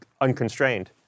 unconstrained